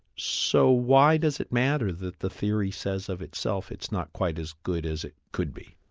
so why does it matter that the theory says of itself it's not quite as good as it could be?